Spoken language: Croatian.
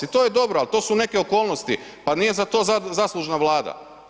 I to je dobro ali to su neke okolnosti, pa nije za to zaslužna Vlada.